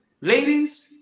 ladies